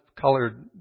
colored